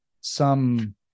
some-